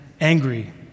angry